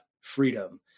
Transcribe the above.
freedom